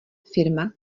firma